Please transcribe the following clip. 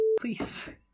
Please